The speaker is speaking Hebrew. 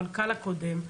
המנכ"ל הקודם,